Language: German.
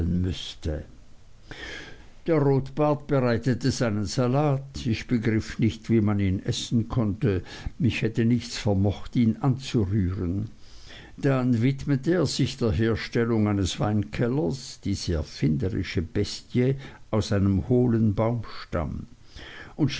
müßte der rotbart bereitete seinen salat ich begriff nicht wie man ihn essen konnte mich hätte nichts vermocht ihn anzurühren dann widmete er sich der herstellung eines weinkellers diese erfinderische bestie aus einem hohlen baumstamm